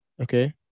okay